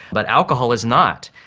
but alcohol is not.